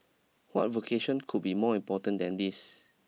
what vocation could be more important than this